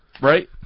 Right